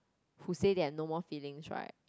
who said they have no more feeling right